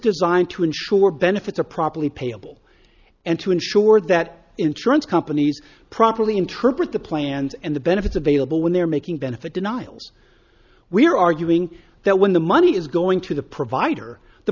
designed to ensure benefits are properly payable and to ensure that insurance companies properly interpret the plans and the benefits available when they're making benefit denials we are arguing that when the money is going to the provider the